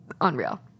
Unreal